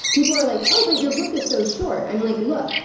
people are like, oh, but your book is so short. i'm like look,